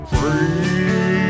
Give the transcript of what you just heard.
free